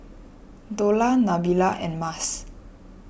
Dollah Nabila and Mas